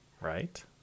Right